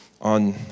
on